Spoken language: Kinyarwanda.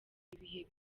ibihe